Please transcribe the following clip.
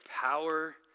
power